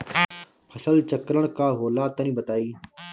फसल चक्रण का होला तनि बताई?